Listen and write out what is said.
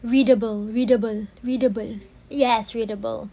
readable readable readable yes readable